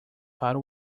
para